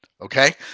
Okay